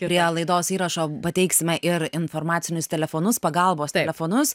prie laidos įrašo pateiksime ir informacinius telefonus pagalbos telefonus